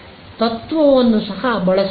ತತ್ವವನ್ನು ಸಹ ಬಳಸಬಹುದು